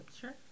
Sure